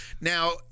Now